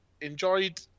enjoyed